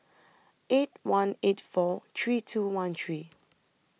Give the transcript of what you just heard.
eight one eight four three two one three